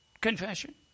confession